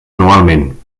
anualment